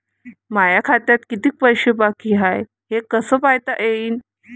माया खात्यात कितीक पैसे बाकी हाय हे कस पायता येईन?